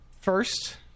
first